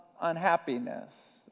unhappiness